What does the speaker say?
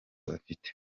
afite